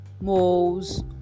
moles